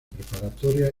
preparatoria